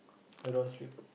why you don't want to sleep